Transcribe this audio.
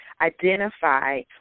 identify